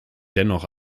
dennoch